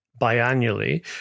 biannually